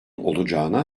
olacağına